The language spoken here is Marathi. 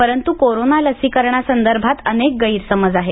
परंतु कोरोना लसीकरणासंदर्भात अनेक गैरसमज आहेत